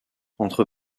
entre